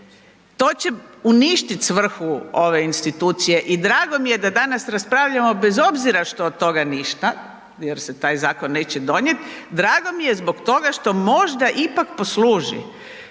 to će uništit svrhu ove institucije i drago mi je da danas raspravljamo bez obzira što od toga ništa jer se taj zakon neće donjet, drago mi je zbog toga što možda ipak posluži